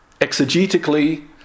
exegetically